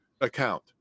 account